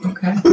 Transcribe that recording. Okay